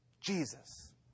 Jesus